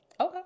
okay